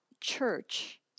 church